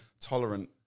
tolerant